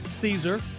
Caesar